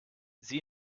sie